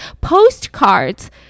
postcards